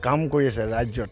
কাম কৰি আছে ৰাজ্যত